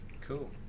Cool